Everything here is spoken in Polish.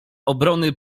obrony